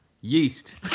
yeast